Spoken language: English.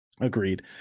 agreed